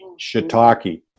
shiitake